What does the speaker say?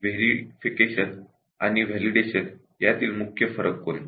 verification आणि validation यातील मुख्य फरक कोणते